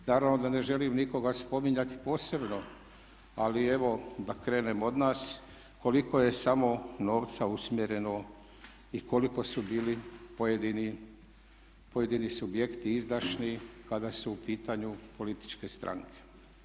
Naravno da ne želim nikoga spominjati posebno ali evo da krenem od nas koliko je samo novca usmjereno i koliko su bili pojedini subjekti izdašni kada su u pitanju političke stranke.